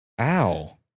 Ow